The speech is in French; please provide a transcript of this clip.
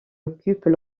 occupent